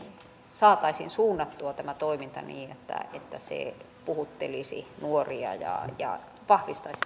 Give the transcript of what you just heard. saataisiin suunnattua tämä toiminta niin että se puhuttelisi nimenomaan nuoria ja ja vahvistaisi